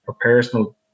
personal